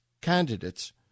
candidates